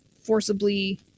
forcibly